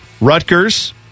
Rutgers